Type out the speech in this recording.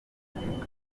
rishinzwe